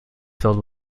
filled